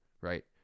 right